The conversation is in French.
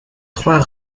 trois